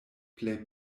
plej